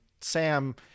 Sam